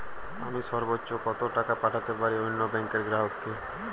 আমি সর্বোচ্চ কতো টাকা পাঠাতে পারি অন্য ব্যাংকের গ্রাহক কে?